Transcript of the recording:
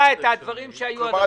כלומר,